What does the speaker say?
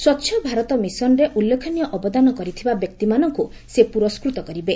ସ୍ୱଚ୍ଛ ଭାରତ ମିଶନରେ ଉଲ୍ଲେଖନୀୟ ଅବଦାନ କରିଥିବା ବ୍ୟକ୍ତିମାନଙ୍କୁ ସେ ପୁରସ୍କୃତ କରିବେ